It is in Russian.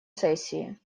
сессии